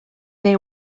they